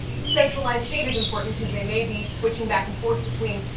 centralized state is important because they may be switching back and forth between,